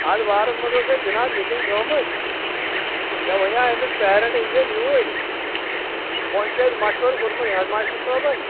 اتھ بارس منٛز ٲس اسہِ جناب میٖٹِنٛگ تھومٕژ کہِ مےٚ ونیٛاے أمِس پیرنٛٹ أنۍزن یوٗرۍ وۅنۍ چھُ اسہِ مشورٕ کوٚرمُت ہیٚڈ ماسٹر صٲبن